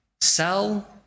Sell